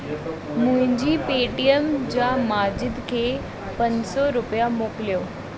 मुंहिंजी पेटीएम मां माजिद खे पंज सौ रुपया मोकिलियो